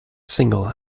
single